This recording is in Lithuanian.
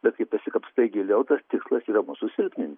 bet kai pasikapstai giliau tas tikslas susilpnin